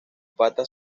patas